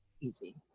easy